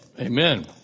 Amen